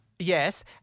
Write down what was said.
Yes